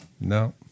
no